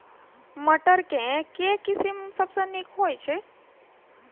मटर केँ के किसिम सबसँ नीक होइ छै?